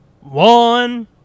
one